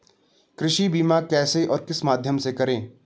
कृषि बीमा कैसे और किस माध्यम से करें?